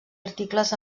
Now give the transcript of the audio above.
articles